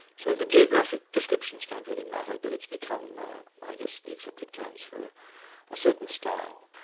so the geographic descriptions don't really matter but it's become i guess the accepted terms for a certain style.